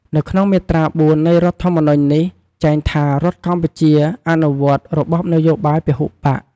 នៅក្នុងមាត្រា៤ នៃរដ្ឋធម្មនុញ្ញនេះចែងថារដ្ឋកម្ពុជាអនុវត្ត របបនយោបាយពហុបក្ស។